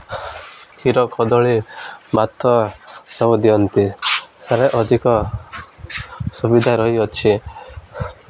କ୍ଷୀର କଦଳୀ ଭାତ ସବୁ ଦିଅନ୍ତି ସେଠାରେ ଅଧିକ ସୁବିଧା ରହିଅଛି